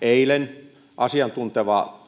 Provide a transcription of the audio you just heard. eilen asiantunteva